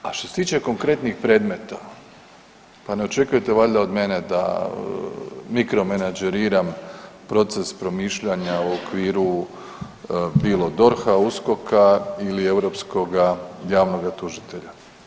A što se tiče konkretnih predmeta, pa ne očekujete valjda od mene da mikro menageriram proces promišljanja u okviru bilo DORH-a, USKOK-a ili Europskoga javnog tužitelja.